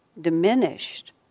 diminished